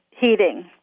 heating